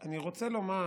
אני רוצה לומר